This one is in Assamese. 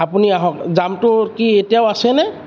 আপুনি আহক জামটো কি এতিয়াওঁ আছেনে